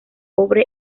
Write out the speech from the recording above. cobre